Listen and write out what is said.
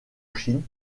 chine